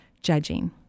judging